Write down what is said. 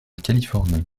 californie